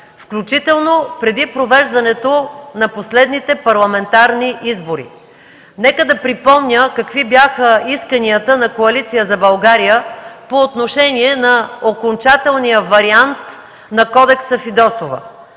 включително преди провеждането на последните парламентарни избори. Нека да припомня какви бяха исканията на Коалиция за България по отношение на окончателния вариант на кодекса „Фидосова”.